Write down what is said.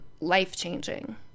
life-changing